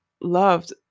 loved